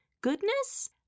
goodness